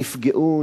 נפגעו,